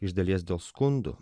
iš dalies dėl skundų